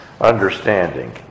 understanding